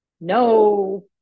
no